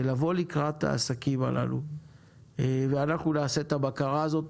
לבוא לקראת העסקים הללו ואנחנו נעשה את הבקרה הזאת